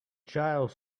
child